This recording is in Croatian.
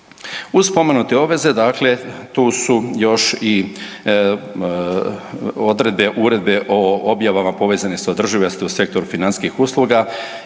Uz spomenute obveze tu su još i odredbe uredbe o objavama povezane s održivosti u sektoru financijskih usluga